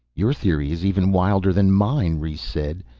your theory is even wilder than mine, rhes said.